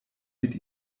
mit